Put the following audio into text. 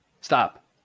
Stop